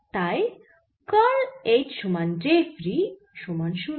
তাই curl H সমান J free সমান 0